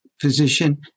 physician